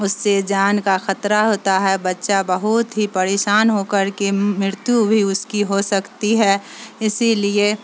اس سے جان کا خطرہ ہوتا ہے بچہ بہت ہی پریشان ہو کر کے مرتیو بھی اس کی ہو سکتی ہے اسی لیے